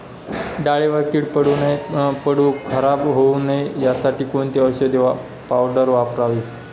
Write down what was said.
डाळीवर कीड पडून खराब होऊ नये यासाठी कोणती औषधी पावडर वापरावी?